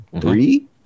three